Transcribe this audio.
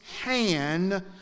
hand